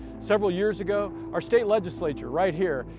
several years ago our state legislature, right here,